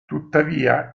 tuttavia